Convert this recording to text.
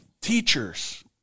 teachers